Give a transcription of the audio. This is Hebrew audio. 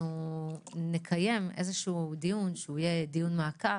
אנחנו נקיים איזשהו דיון שיהיה דיון מעקב,